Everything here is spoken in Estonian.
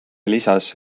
lisas